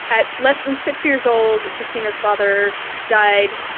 at less than six years old, kristina's father died,